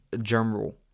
general